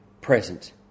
present